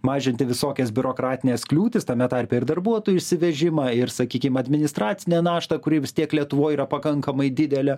mažinti visokias biurokratines kliūtis tame tarpe ir darbuotojų išsivežimą ir sakyki administracinę naštą kuri vis tiek lietuvoj yra pakankamai didelė